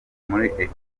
muri